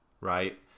right